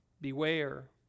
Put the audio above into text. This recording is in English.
beware